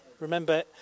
Remember